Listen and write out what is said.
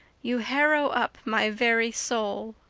you harrow up my very soul.